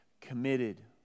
committed